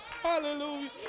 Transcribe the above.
hallelujah